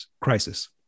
crisis